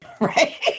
Right